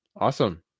Awesome